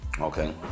Okay